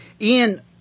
Ian